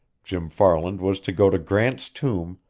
jim farland was to go to grant's tomb,